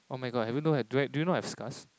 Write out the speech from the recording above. oh my god have you know do you know I have scars